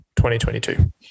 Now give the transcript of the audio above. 2022